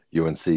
UNC